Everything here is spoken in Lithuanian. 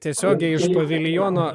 tiesiogiai iš paviljono